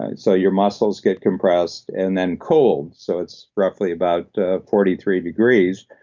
ah so your muscles get compressed, and then cooled, so it's roughly about forty three degrees.